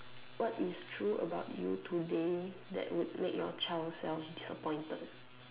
what is true about you today that will make your child disappointed